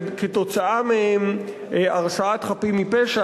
וכתוצאה מהן הרשעת חפים מפשע,